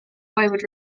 wayward